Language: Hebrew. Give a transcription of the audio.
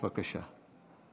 בבקשה.